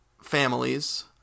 families